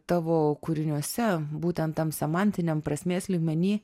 tavo kūriniuose būtent tam semantiniam prasmės lygmeny